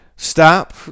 stop